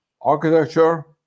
architecture